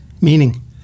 Meaning